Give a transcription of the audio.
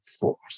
force